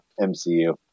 MCU